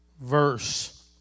verse